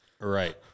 right